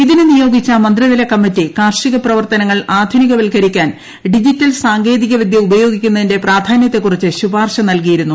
ഇതിന് നിയോഗിച്ച മന്ത്രിതല കമ്മിറ്റി കാർഷിക പ്രവർത്തനങ്ങൾ ആധുനികവൽക്കരിക്കാൻ ഡിജിറ്റൽ സാങ്കേതികവിദൃ ഉപയോഗിക്കുന്നതിന്റെ പ്രാധാനൃത്തെക്കുറിച്ച് ശുപാർശ നൽകിയുന്നു